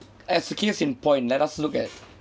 as a case in point let us look at